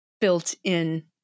built-in